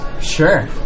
Sure